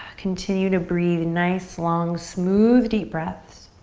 continue to breathe nice, long, smooth, deep breaths.